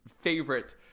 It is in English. favorite